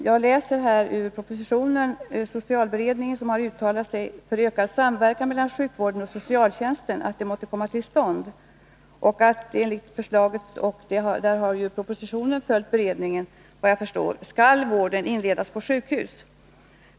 Jag läser i propositionen att socialberedningen har uttalat sig för att en ökad samverkan mellan sjukvård och socialtjänst måste komma till stånd och att enligt förslaget — och propositionen har såvitt jag kan förstå följt beredningens förslag — vården skall inledas på sjukhus.